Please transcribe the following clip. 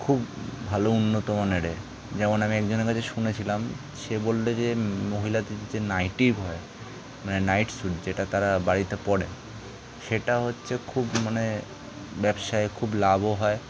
খুব ভালো উন্নত মানের এ যেমন আমি একজনের কাছে শুনেছিলাম সে বললো যে মহিলাদের যে নাইটি হয় মানে নাইট স্যুট যেটা তারা বাড়িতে পরে সেটা হচ্ছে খুব মানে ব্যবসায় খুব লাভও হয়